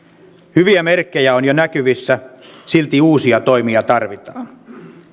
hyviä merkkejä on jo näkyvissä silti uusia toimia tarvitaan